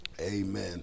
amen